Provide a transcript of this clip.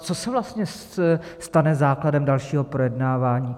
Co se vlastně stane základem dalšího projednávání?